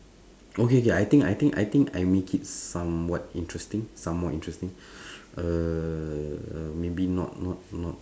okay okay I think I think I think I make it somewhat interesting somewhat interesting err maybe not not not